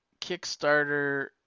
Kickstarter